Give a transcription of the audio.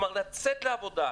לצאת לעבודה,